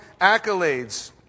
accolades